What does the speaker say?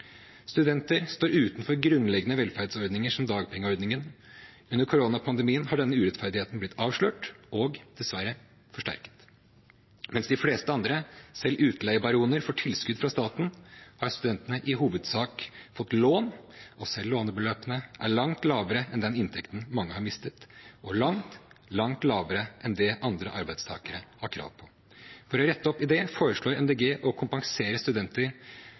Studenter står utenfor grunnleggende velferdsordninger, som dagpengeordningen. Under koronapandemien har denne urettferdigheten blitt avslørt og dessverre forsterket. Mens de fleste andre, selv utleiebaroner, får tilskudd fra staten, har studentene i hovedsak fått lån, og selv lånebeløpene er langt lavere enn den inntekten mange har mistet, og langt, langt lavere enn det andre arbeidstakere har krav på. For å rette opp i det foreslår MDG å kompensere studenter